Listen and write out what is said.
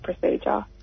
procedure